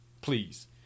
please